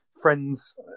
friends